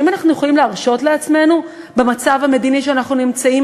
האם אנחנו יכולים להרשות לעצמנו במצב המדיני שבו אנחנו נמצאים,